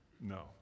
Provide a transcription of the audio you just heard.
No